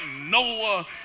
Noah